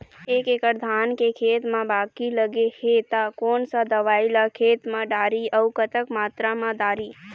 एक एकड़ धान के खेत मा बाकी लगे हे ता कोन सा दवई ला खेत मा डारी अऊ कतक मात्रा मा दारी?